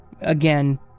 Again